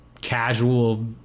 casual